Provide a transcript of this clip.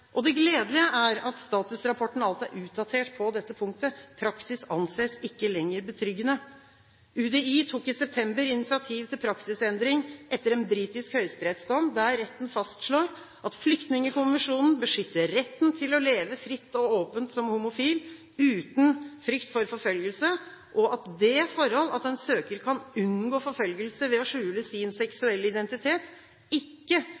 Det gledelige er at statusrapporten alt er utdatert på dette punktet, praksis anses ikke lenger betryggende. UDI tok i september initiativ til praksisendring etter en britisk høyesterettsdom, der retten fastslår at Flyktningkonvensjonen beskytter retten til å leve fritt og åpent som homofil, uten frykt for forfølgelse, og at det forhold at en søker kan unngå forfølgelse ved å skjule sin seksuelle identitet, ikke